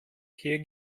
hier